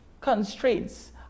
constraints